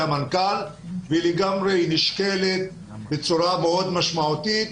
המנכ"ל והיא נשקלת בצורה מאוד משמעותית.